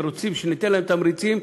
ורוצים שניתן להם תמריצים,